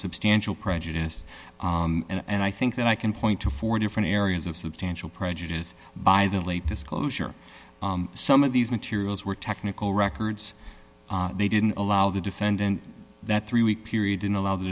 substantial prejudice and i think that i can point to four different areas of substantial prejudice by the late disclosure some of these materials were technical records they didn't allow the defendant that three week period in allow the